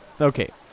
Okay